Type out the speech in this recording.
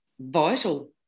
vital